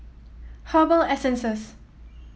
Herbal Essences